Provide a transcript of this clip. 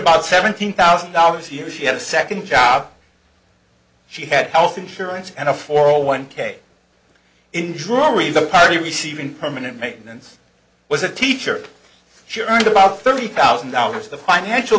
about seventeen thousand dollars a year she had a second job she had health insurance and a four one k enjoying the party receiving permanent maintenance was a teacher sure earned about thirty thousand dollars the financial